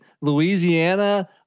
Louisiana